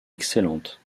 excellente